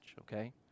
Okay